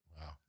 Wow